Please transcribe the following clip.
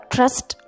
Trust